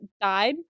died